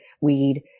weed